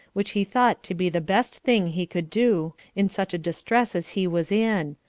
which he thought to be the best thing he could do in such a distress as he was in,